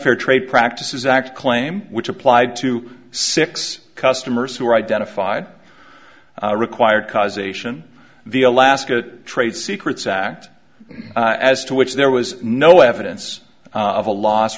unfair trade practices act claim which applied to six customers who were identified required causation the alaska trade secrets act as to which there was no evidence of a loss